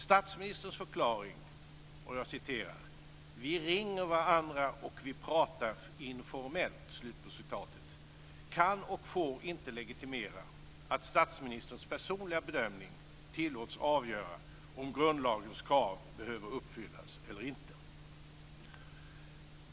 Statsministerns förklaring - "Vi ringer varandra, och vi pratar informellt." - kan inte och får inte legitimera att statsministerns personliga bedömning tillåts avgöra om grundlagens krav behöver uppfyllas eller inte.